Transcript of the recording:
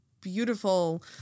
beautiful